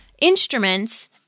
instruments